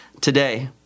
today